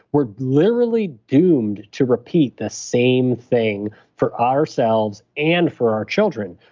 we're literally doomed to repeat the same thing for ourselves and for our children.